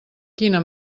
quina